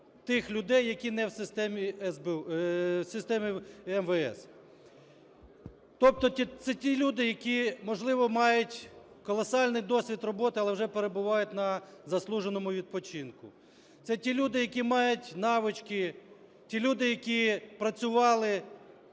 тих людей, які не в системі МВС. Тобто це ті люди, які, можливо, мають колосальний досвід роботи, але вже перебувають на заслуженому відпочинку. Це ті люди, які мають навички, ті люди, які працювали